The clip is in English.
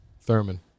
Thurman